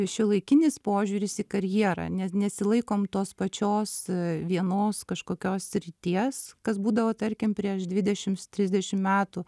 šiuolaikinis požiūris į karjerą nesilaikom tos pačios vienos kažkokios srities kas būdavo tarkim prieš dvidešimt trisdešimt metų